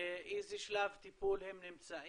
באיזה שלב טיפול הם נמצאים.